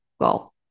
goal